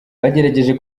bagerageje